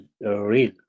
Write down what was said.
real